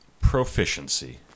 proficiency